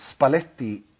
Spalletti